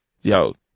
Yo